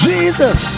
Jesus